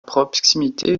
proximité